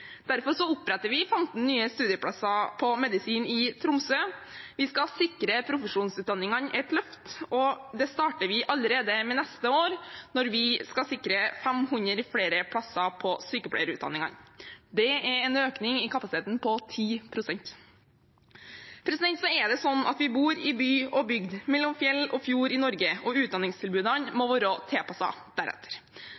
Derfor oppretter vi 15 nye studieplasser på medisin i Tromsø. Vi skal sikre profesjonsutdanningene et løft, og det starter vi med allerede neste år, når vi skal sikre 500 flere plasser på sykepleierutdanningen. Det er en økning i kapasiteten på 10 pst. Så er det slik at vi bor i by og bygd, mellom fjell og fjord i Norge, og utdanningstilbudene må